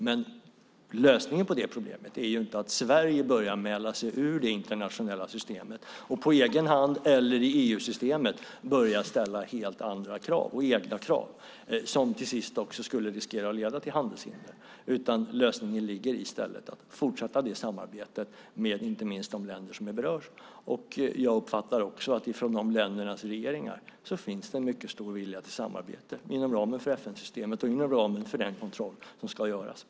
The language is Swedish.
Men lösningen på problemet är inte att Sverige börjar mäla sig ur det internationella systemet och på egen hand eller inom EU-systemet börjar ställa helt andra och egna krav som till sist skulle riskera att leda till handelshinder. Lösningen ligger i stället i att fortsätta samarbetet inte minst med berörda länder. Jag uppfattar att det från de ländernas regeringar finns en mycket stor vilja till samarbete inom ramen för FN-systemet och inom ramen för den kontroll som ska göras.